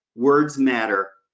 words matter,